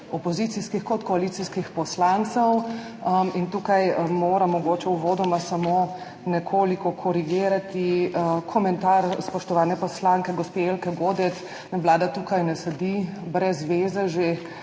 opozicijskih kot koalicijskih poslancev. Tukaj moram uvodoma samo nekoliko korigirati komentar spoštovane poslanke gospe Jelke Godec, Vlada tu ne sedi brez zveze že